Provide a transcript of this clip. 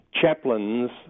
chaplains